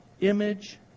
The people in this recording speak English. image